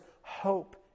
hope